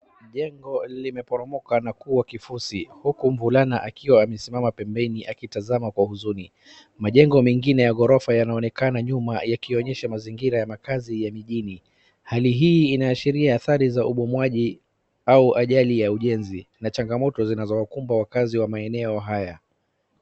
Jengo limeporomoka na kuwa kifusi huku mvulana akiwa amesimama pembeni na akitazama kwa huzuni. Majengo mengine ya maghorofa yanaonekana nyuma yakionyesha mazingira ya makazi ya mijini. Hali hii inaashiria athari za ubomoaji au ajali ya ujenzi na changamoto zinazowakumba wakaazi wa maeneo haya.